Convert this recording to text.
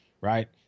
Right